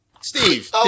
Steve